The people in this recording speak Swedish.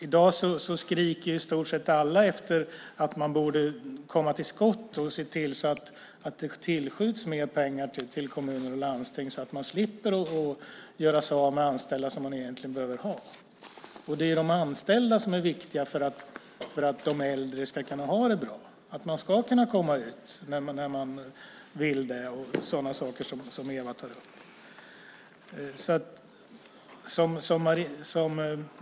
I dag skriker i stort sett alla efter att man borde komma till skott och se till så att det tillskjuts mer pengar till kommuner och landsting så att man slipper att göra sig av med anställda som man egentligen behöver ha. Det är ju de anställda som är viktiga för att de äldre ska kunna ha det bra. Man ska kunna komma ut när man vill det och sådana saker som Eva tar upp.